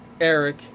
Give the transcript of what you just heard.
Eric